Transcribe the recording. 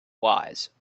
wise